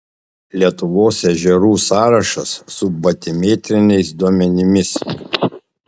lietuvos ežerų sąrašas su batimetriniais duomenimis